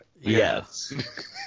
Yes